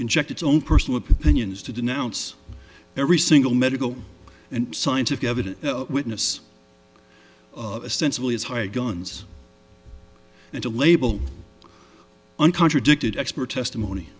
inject its own personal opinions to denounce every single medical and scientific evidence witness sensibly as high guns and a label on contradicted expert testimony